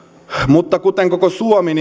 mutta kuten koko suomi